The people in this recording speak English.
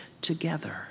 together